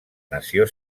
nació